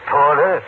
Paula